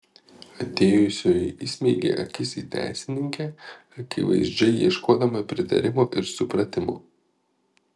atėjusioji įsmeigė akis į teisininkę akivaizdžiai ieškodama pritarimo ir supratimo